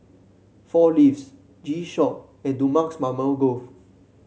Four Leaves G Shock and Dumex Mamil Gold